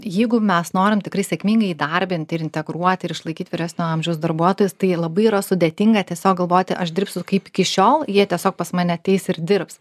jeigu mes norim tikrai sėkmingai įdarbint ir integruot ir išlaikyt vyresnio amžiaus darbuotojus tai labai yra sudėtinga tiesiog galvoti aš dirbsiu kaip iki šiol jie tiesiog pas mane ateis ir dirbs